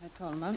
Herr talman!